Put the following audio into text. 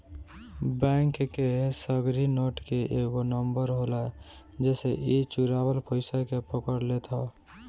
bank के सगरी note के एगो नंबर होला जेसे इ चुरावल पईसा के पकड़ लेत हअ